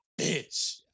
bitch